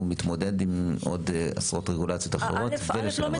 מתמודד עם עוד עשרות רגולציות אחרות ולשלם אגרה?